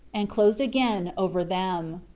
and closed again over them.